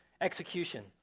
execution